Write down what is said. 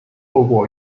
透过